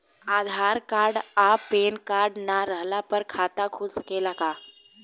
आधार card आ PAN card ना रहला पर खाता खुल सकेला का?